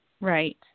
right